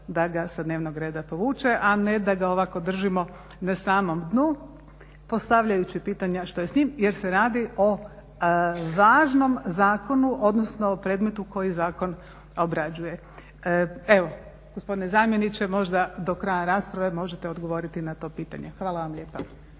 da ga sa dnevnog reda povuče, a ne da ga ovako držimo na samom dnu postavljajući pitanja što je s njim jer se radi o važnom zakonu, odnosno o predmetu koji zakon obrađuje. Evo gospodine zamjeniče možda do kraja rasprave možete odgovoriti na to pitanje. Hvala vam lijepa.